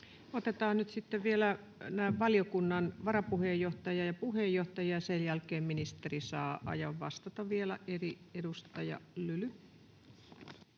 Otetaan nyt sitten vielä valiokunnan varapuheenjohtaja ja puheenjohtaja, ja sen jälkeen ministeri saa vielä ajan vastata. — Eli edustaja Lyly.